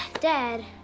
Dad